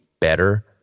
better